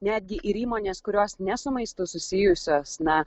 netgi ir įmonės kurios ne su maistu susijusios na